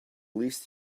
least